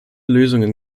lösungen